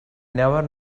never